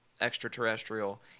extraterrestrial